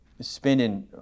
spending